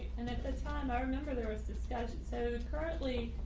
and at the time, i remember there was discussion. so currently,